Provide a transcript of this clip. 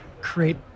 create